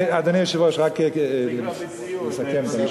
אדוני היושב-ראש, אני רק מסכם את המשפט.